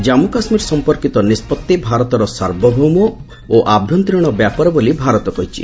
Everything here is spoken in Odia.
ଜାମ୍ପ କାଶ୍ମୀର ସଂପର୍କିତ ନିଷ୍ପଭି ଭାରତର ସାର୍ବଭୌମ ଓ ଆଭ୍ୟନ୍ତରୀଣ ବ୍ୟାପାର ବୋଲି ଭାରତ କହିଛି